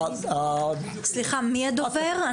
סליחה, מי הדובר?